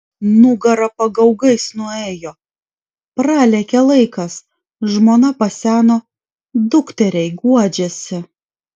nugara pagaugais nuėjo pralėkė laikas žmona paseno dukteriai guodžiasi